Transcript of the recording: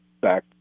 back